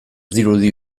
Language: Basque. dirudi